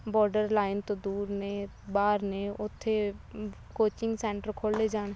border line ਤੋਂ ਦੂਰ ਨੇ ਬਾਹਰ ਨੇ ਉੱਥੇ ਕੋਚਿੰਗ ਸੈਂਟਰ ਖੋਲ੍ਹੇ ਜਾਣ